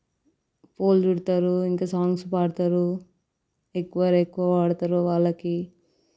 పూలు చుడతారు ఇంక సాంగ్స్ పాడతారు ఎక్కువ ఎవరు పాడతారో వాళ్ళకి